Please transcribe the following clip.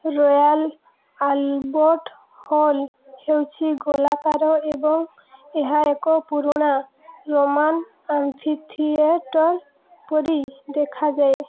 royal Albert Hall ହେଉଛି ଗୋଲାକାର ଏବଂ ଏହା ଏକ ପୁରୁଣା ରୋମାନ୍ ଆମ୍ଫିଥିଏଟର୍ ପରି ଦେଖାଯାଏ